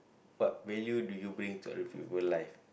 what value do you bring to other people life